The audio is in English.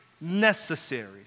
necessary